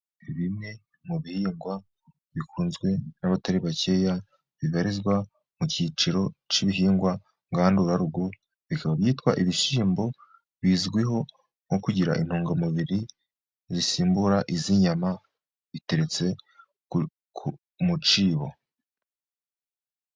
Bimwe mu bihingwa bikunzwe n'abatari bakeya, bibarizwa mu cyiciro cy'ibihingwa ngandurarugo, bikaba byitwa ibishyimbo bizwiho nko kugira intungamubiri zisimbura iz'inyama biteretse ku ku mu cyibo.